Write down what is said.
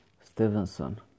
Stevenson